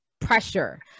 pressure